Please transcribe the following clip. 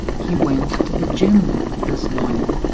he went to the gym this morning.